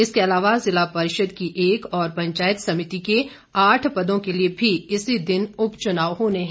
इसके अलावा जिला परिषद की एक और पंचायत समिति के आठ पदों के लिए भी इसी दिन उपचुनाव होने हैं